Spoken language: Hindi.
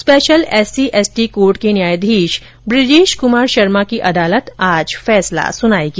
स्पेशल एससीएसटी कोर्ट के न्यायाधीश बृजेश कुमार शर्मा की अदालत आज फैसला सुनाएगी